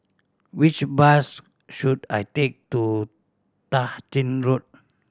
which bus should I take to Tah Ching Road